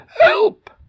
Help